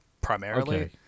primarily